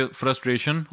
frustration